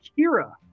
Kira